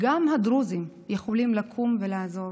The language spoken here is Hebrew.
גם הדרוזים יכולים לקום ולעזוב.